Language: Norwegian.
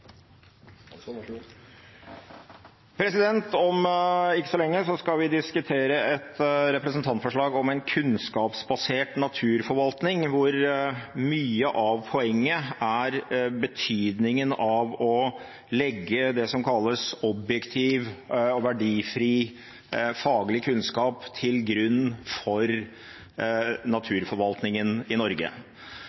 Om ikke så lenge skal vi diskutere et representantforslag om en kunnskapsbasert naturforvaltning, hvor mye av poenget er betydningen av å legge det som kalles objektiv og verdifri faglig kunnskap til grunn for naturforvaltningen i Norge.